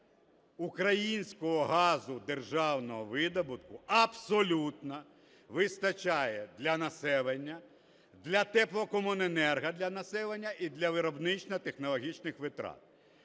українського газу державного видобутку абсолютно вистачає для населення, для Теплокомуненерго для населення і для виробничо-технологічних витрат.